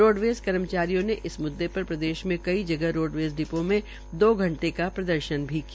roadways कर्मचारियों ने इस मुद्दे पर प्रदेश मे कई जगह रोडवेज डिपो में दो घंटे का प्रदर्शन किया